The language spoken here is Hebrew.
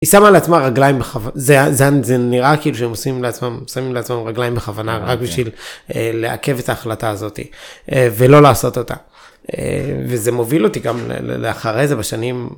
היא שמה לעצמה רגליים בכוונה, זה נראה כאילו שהם שמים לעצמם רגליים בכוונה, רק בשביל לעכב את ההחלטה הזאת, ולא לעשות אותה. וזה מוביל אותי גם לאחרי זה, בשנים...